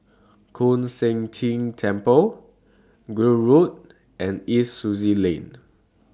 Koon Seng Ting Temple Gul Road and East Sussex Lane